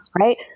Right